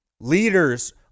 leaders